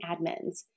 admins